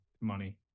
Money